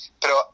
Pero